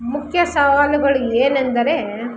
ಮುಖ್ಯ ಸವಾಲುಗಳು ಏನೆಂದರೆ